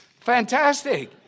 Fantastic